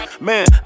Man